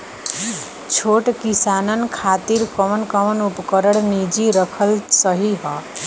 छोट किसानन खातिन कवन कवन उपकरण निजी रखल सही ह?